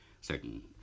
certain